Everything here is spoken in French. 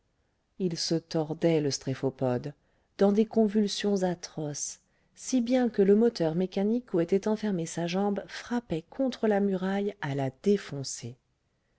il se tordait le stréphopode dans des convulsions atroces si bien que le moteur mécanique où était enfermée sa jambe frappait contre la muraille à la défoncer